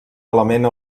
element